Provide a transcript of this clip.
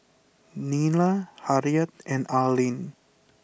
Nila Harriet and Arlin